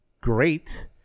great